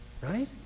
Right